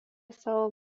savo